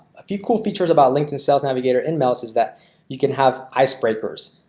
a few cool features about linkedin sales navigator in males is that you can have ice breakers.